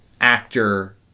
actor